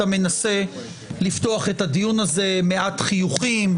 מנסה לפתוח את הדיון הזה מעט חיוכים,